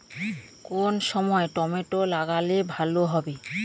কোন সময় টমেটো লাগালে ভালো হবে?